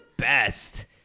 best